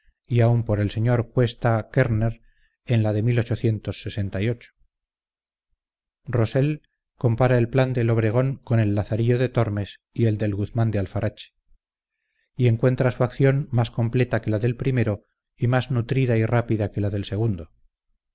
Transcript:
y aun por el sr cuesta ckerner en la de rosell compara el plan del obregón con el lazarillo de tormes y el del guzmán de alfarache y encuentra su acción más completa que la del primero y más nutrida y rápida que la del segundo